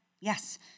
Yes